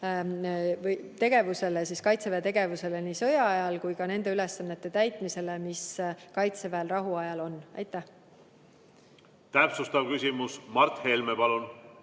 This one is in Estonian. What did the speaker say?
Kaitseväe tegevusele nii sõja ajal kui ka nende ülesannete täitmisele, mis Kaitseväel rahuajal on. Täpsustav küsimus. Mart Helme, palun!